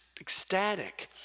ecstatic